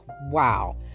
wow